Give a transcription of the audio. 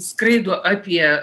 skraido apie